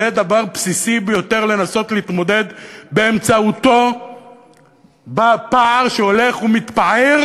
זה דבר בסיסי ביותר לנסות להתמודד באמצעותו בפער שהולך ומתפער,